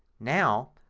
now,